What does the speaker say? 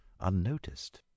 unnoticed